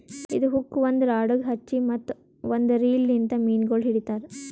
ಇದು ಹುಕ್ ಒಂದ್ ರಾಡಗ್ ಹಚ್ಚಿ ಮತ್ತ ಒಂದ್ ರೀಲ್ ಲಿಂತ್ ಮೀನಗೊಳ್ ಹಿಡಿತಾರ್